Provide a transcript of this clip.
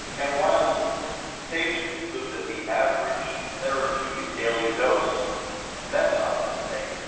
and while it's safe to conclude that the average therapeutic daily dose of methadone, let's say,